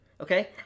okay